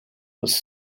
was